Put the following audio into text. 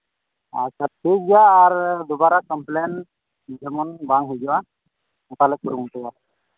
ᱟᱪᱪᱷᱟ ᱴᱷᱤᱠ ᱜᱮᱭᱟ ᱟᱨ ᱫᱩᱵᱟᱨᱟ ᱠᱚᱢᱯᱞᱮᱱ ᱡᱮᱢᱚᱱ ᱵᱟᱝ ᱦᱩᱭᱩᱜᱼᱟ ᱚᱱᱠᱟᱞᱮ ᱠᱩᱨᱩᱢᱩᱴᱩᱭᱟ